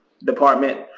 Department